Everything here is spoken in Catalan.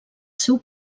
seu